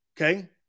Okay